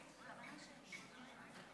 בנושא הזה אני מאוד מקפיד שיהיה שר.